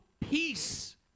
peace